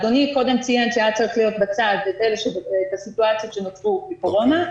אדוני קודם ציין שהיה צריך להיות בצד הסיטואציות שנוצרו כקורונה,